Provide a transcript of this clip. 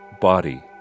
body